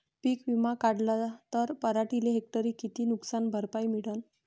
पीक विमा काढला त पराटीले हेक्टरी किती नुकसान भरपाई मिळीनं?